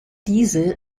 diese